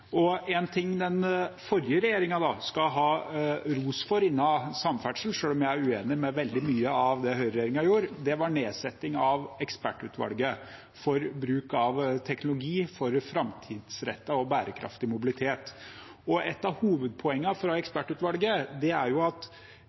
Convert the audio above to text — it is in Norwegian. og behov framover. En ting den forrige regjeringen skal ha ros for innen samferdsel, selv om jeg er uenig i veldig mye av det høyreregjeringen gjorde, var nedsetting av ekspertutvalget for bruk av teknologi for bærekraftig bevegelsesfrihet og mobilitet i framtiden. Et av hovedpoengene fra ekspertutvalget er at